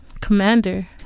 Commander